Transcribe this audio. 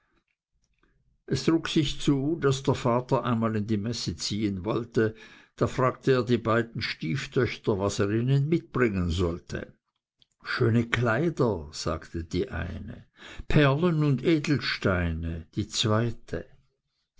es trug sich zu daß der vater einmal in die messe ziehen wollte da fragte er die beiden stieftöchter was er ihnen mitbringen sollte schöne kleider sagte die eine perlen und edelsteine die zweite